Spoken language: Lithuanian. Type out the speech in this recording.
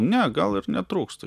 ne gal ir netrūksta